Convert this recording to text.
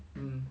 um